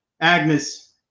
Agnes